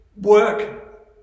work